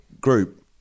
group